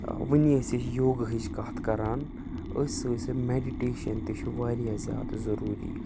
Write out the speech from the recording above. ٲں وُنی ٲسۍ أسۍ یوگا ہٕچ کَتھ کَران أتھۍ سۭتۍ ستۍ میٚڈِٹیشَن تہِ چھُ واریاہ زیادٕ ضُروٗری